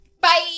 Bye